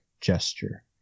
Gesture